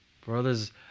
Brothers